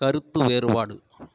கருத்து வேறுபாடு